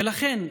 ולכן,